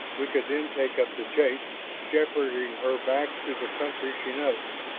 we could then take up the chase, shepherding her back to the country she knows.